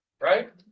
right